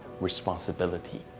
responsibility